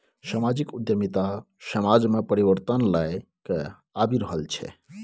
समाजिक उद्यमिता समाज मे परिबर्तन लए कए आबि रहल छै